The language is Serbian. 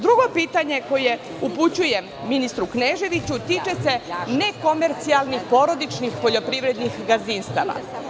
Drugo pitanje koje upućujem ministru Kneževiću tiče se nekomercijalnih porodičnih poljoprivrednih gazdinstava.